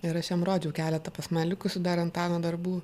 ir aš jam rodžiau keletą pas mane likusių dar antano darbų